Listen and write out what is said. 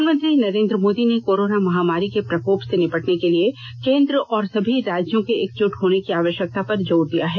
प्रधानमंत्री नरेन्द्र मोदी ने कोरोना महामारी के प्रकोप से निपटने के लिए केन्द्र और सभी राज्यों के एकजुट होने की आवश्यकता पर जोर दिया है